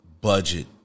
budget